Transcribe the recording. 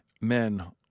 men